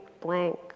blank